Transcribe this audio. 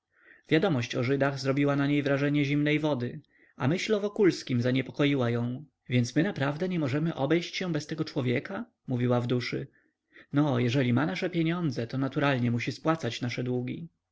wiadomość o żydach zrobiła na niej wrażenie zimnej wody a myśl o wokulskim zaniepokoiła ją więc my naprawdę nie możemy obejść się bez tego człowieka mówiła w duszy no jeżeli ma nasze pieniądze to naturalnie musi spłacać nasze długi